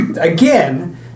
again